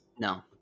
no